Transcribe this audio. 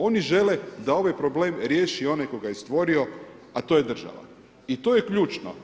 Oni žele da ovaj problem riješi onaj tko ga je stvorio, a to je država i to je ključno.